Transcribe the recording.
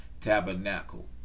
tabernacle